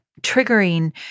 triggering